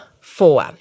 four